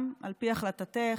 גם על פי החלטתך,